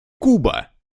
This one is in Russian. куба